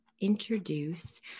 introduce